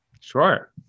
Sure